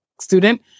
student